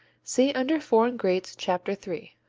see under foreign greats, chapter three.